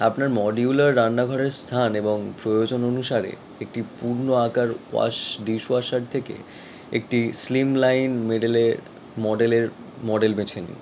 আপনার মডিউলার রান্নাঘরের স্থান এবং প্রয়োজন অনুসারে একটি পূর্ণ আকার ওয়াশ ডিশ ওয়াশার থেকে একটি স্লিম লাইন মিডিলের মডেলের মডেল বেছে নিন